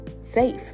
safe